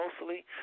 mostly